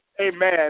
Amen